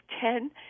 ten